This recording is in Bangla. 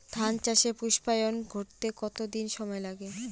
ধান চাষে পুস্পায়ন ঘটতে কতো দিন সময় লাগে?